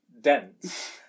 dense